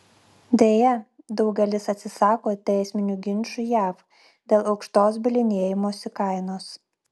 deja daugelis atsisako teisminių ginčų jav dėl aukštos bylinėjimosi kainos